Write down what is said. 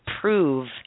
prove